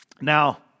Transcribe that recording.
Now